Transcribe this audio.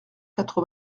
quatre